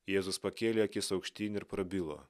jėzus pakėlė akis aukštyn ir prabilo